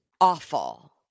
Awful